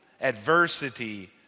adversity